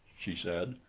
she said.